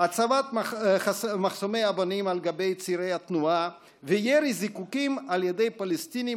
הצבת מחסומי אבנים על גבי צירי התנועה וירי זיקוקים על ידי פלסטינים